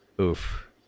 oof